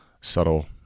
subtle